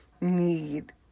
need